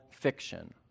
fiction